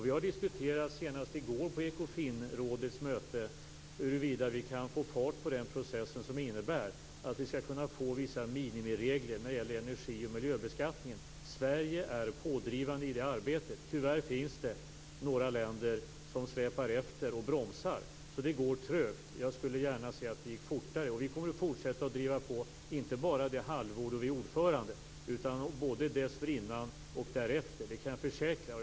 Vi har diskuterat senast i går på Ekofinrådets möte huruvida vi kan få fart på den process som innebär att vi får vissa minimiregler när det gäller energi och miljöbeskattningen. Sverige är pådrivande i det arbetet. Tyvärr finns några länder som släpar efter och bromsar, så det går trögt. Jag skulle gärna se att det gick fortare. Vi kommer att fortsätta att driva på, inte bara det halvår då vi är ordförande utan både dessförinnan och därefter. Det kan jag försäkra.